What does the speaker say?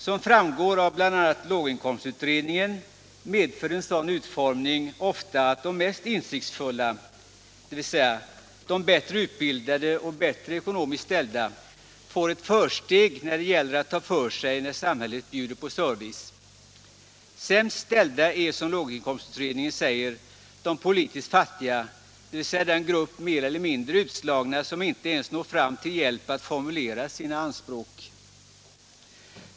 Som framgår av bl.a. låginkomstutredningen medför en sådan utformning ofta att de mest insiktsfulla, dvs. de som är bättre utbildade och bättre ekonomiskt ställda, får ett försteg när det gäller att ”ta för sig” då samhället bjuder på service. Sämst ställda är som låginkomstutredningen säger de politiskt fattiga, dvs. den grupp mer eller mindre utslagna som inte ens når fram till hjälp att formulera sina anspråk.